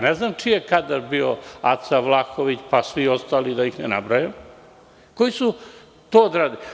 Ne znam čiji je kadar bio Aca Vlahović, pa svi ostali, da ih ne nabrajam koji su to odradili.